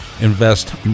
invest